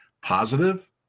positive